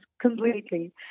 completely